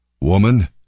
Woman